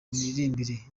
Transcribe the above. imiririmbire